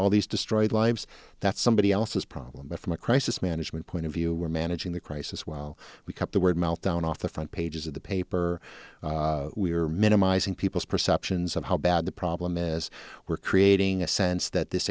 all these destroyed lives that somebody else's problem but from a crisis management point of view or managing the crisis while we cut the word meltdown off the front pages of the paper we are minimizing people's perceptions of how bad the problem is we're creating a sense that this